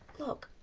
look,